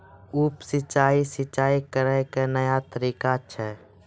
उप सिंचाई, सिंचाई करै के नया तरीका छै